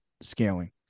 scaling